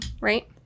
Right